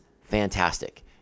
fantastic